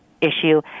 issue